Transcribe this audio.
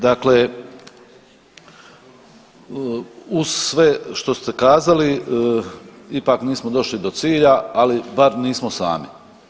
Dakle, uz sve što ste kazali ipak nismo došli do cilja, ali bar nismo sami.